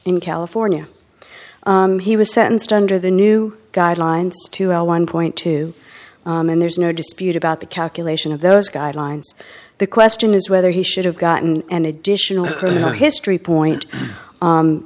in california he was sentenced under the new guidelines to a one point two and there's no dispute about the calculation of those guidelines the question is whether he should have gotten an additional history point